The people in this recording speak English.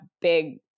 big